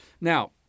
Now